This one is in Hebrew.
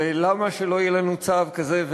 ולמה שלא יהיה לנו צו כזה,